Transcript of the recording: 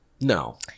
no